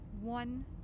One